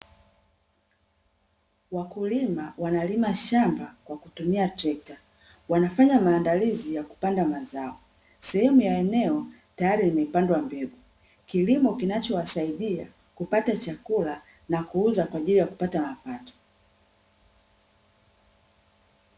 Wakulima wanalima shamba kwa kutumia trekta, wanafanya maandalizi ya kupanda mazao. Sehemu ya eneo tayari limepandwa mbegu, kilimo kinachowasaidia kupata chakula, na kuuza kwa ajili ya kupata mapato.